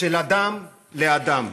של אדם לאדם,